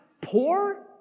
poor